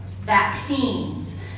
vaccines